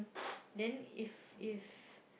then if it's